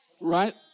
Right